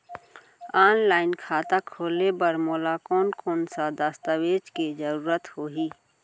Online खाता खोले बर मोला कोन कोन स दस्तावेज के जरूरत होही?